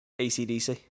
ACDC